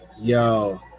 Yo